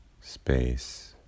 space